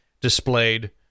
displayed